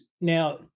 Now